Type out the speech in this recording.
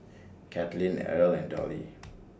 Katlyn Erle and Dollie